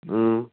ओम